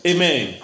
Amen